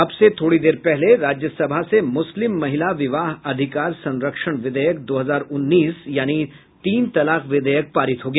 अब से थोड़ी देर पहले राज्यसभा से मुस्लिम महिला विवाह अधिकार संरक्षण विधेयक दो हजार उन्नीस यानि तीन तलाक विधेयक पारित हो गया